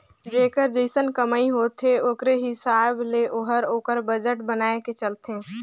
जेकर जइसन कमई होथे ओकरे हिसाब ले ओहर ओकर बजट बनाए के चलथे